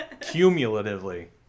Cumulatively